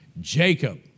Jacob